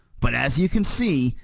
but as you can see,